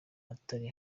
atari